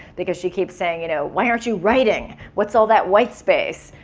because she keeps saying, you know why aren't you writing? what's all that white space?